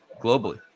globally